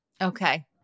Okay